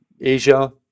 Asia